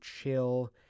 chill